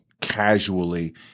casually